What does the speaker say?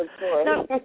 No